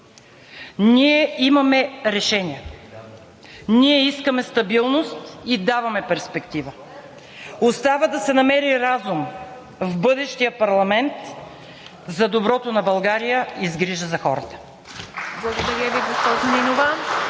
Ние имаме решения, ние искаме стабилност и даваме перспектива. Остава да се намери разум в бъдещия парламент за доброто на България и с грижа за хората. ((Бурни ръкопляскания